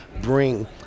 bring